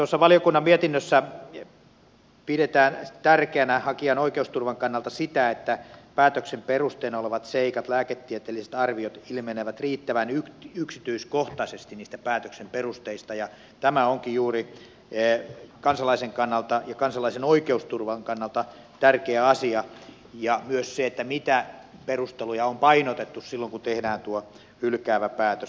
tuossa valiokunnan mietinnössä pidetään tärkeänä hakijan oikeusturvan kannalta sitä että päätöksen perusteena olevat seikat lääketieteelliset arviot ilmenevät riittävän yksityiskohtaisesti niistä päätöksen perusteista ja tämä onkin juuri kansalaisen kannalta ja kansalaisen oikeusturvan kannalta tärkeä asia samoin kuin se mitä perusteluja on painotettu silloin kun tehdään tuo hylkäävä päätös